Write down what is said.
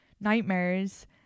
nightmares